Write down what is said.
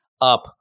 up